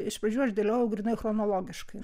iš pradžių aš dėliojau grynai chronologiškai